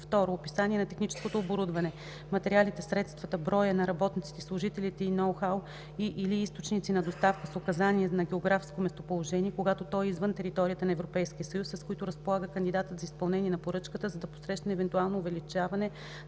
2. описание на техническото оборудване, материалите, средствата, броя на работниците и служителите и ноу-хау и/или източниците на доставка с указание на географското местоположение, когато то е извън територията на Европейския съюз, с които разполага кандидатът за изпълнение на поръчката, за да посрещне евентуалното увеличаване на